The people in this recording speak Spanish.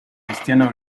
cristiano